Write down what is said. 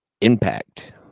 Impact